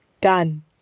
done